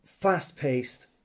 fast-paced